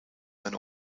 than